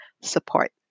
support